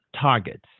targets